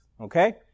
Okay